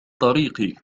طريقي